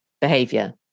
behavior